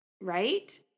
right